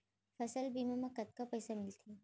फसल बीमा म कतका पइसा मिलथे?